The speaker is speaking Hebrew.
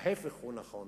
ההיפך הוא נכון.